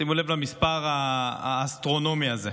שימו לב למספר האסטרונומי הזה.